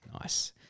nice